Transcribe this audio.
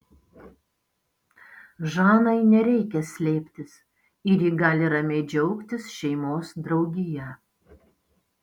žanai nereikia slėptis ir ji gali ramiai džiaugtis šeimos draugija